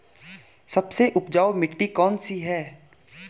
सबसे उपजाऊ मिट्टी कौन सी है?